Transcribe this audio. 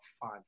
five